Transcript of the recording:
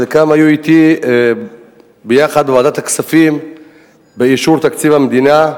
חלקם היו אתי יחד בוועדת הכספים באישור תקציב המדינה,